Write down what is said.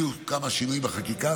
יהיו כמה שינויים בחקיקה,